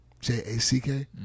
J-A-C-K